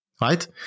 right